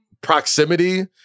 proximity